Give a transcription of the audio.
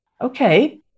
okay